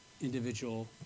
individual